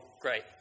great